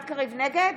נגד